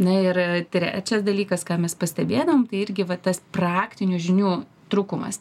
na ir trečias dalykas ką mes pastebėdavom tai irgi va tas praktinių žinių trūkumas